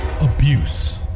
abuse